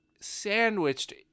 sandwiched